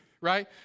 right